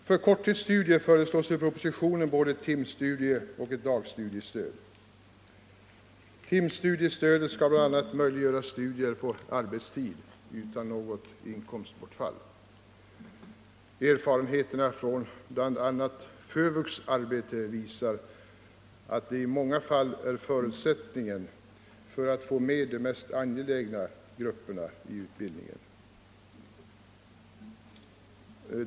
För korttidsstudier föreslås i propositionen både ett timstudieoch ett dagstudiestöd. Timstudiestödet skall bl.a. möjliggöra studier på arbetstid utan något större inkomstbortfall. Erfarenheterna från bl.a. FÖVUX arbete visar att det i många fall är förutsättningen för att få med de mest angelägna grupperna i utbildningen.